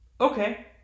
Okay